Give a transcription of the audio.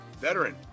veteran